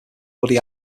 woody